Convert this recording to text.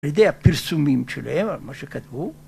‫לידי הפרסומים שלהם על מה שכתבו,